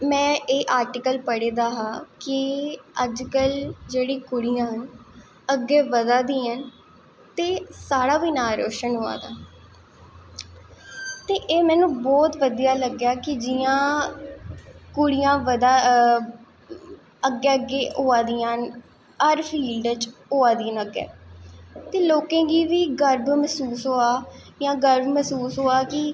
में एह् आर्टिकल पढ़े दा हा कि अज्ज कल जेह्ड़ी कुड़ियां न अग्गैं बधा दियां न ते साढ़ा बी नांऽ रोशन होआ दा ऐ ते एह् मैनू बौह्त बधियै लग्गेआ कि जियां कुड़ियां अग्गैं अग्गैं होआ दियां न हर फील्ड च होआ दियां न अग्गैं ते लोकें गी बी गर्व मैह्सूस होआ दा कि